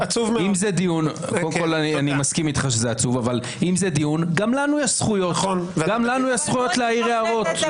אם זה דיון, גם לנו יש זכויות להעיר הערות.